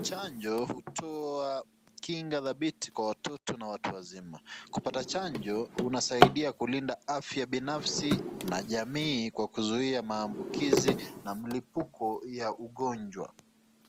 Chanjo hutoa kinga dhabiti kwa watoto na watu wazima. Kupata chanjo unasaidia kulinda afya binafsi na jamii kwa kuzuia maambukizi na mlipuko ya ugonjwa.